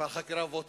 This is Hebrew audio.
אבל חקירה בוא תבוא,